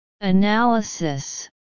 Analysis